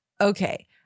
Okay